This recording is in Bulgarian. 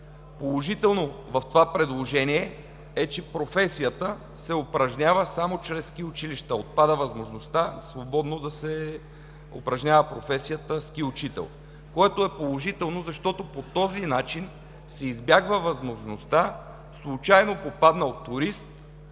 Положителното в това предложение е, че професията се упражнява само чрез ски училища. Отпада възможността свободно да се упражнява професията „ски учител“, което е положително, защото по този начин се избягва възможността случаен турист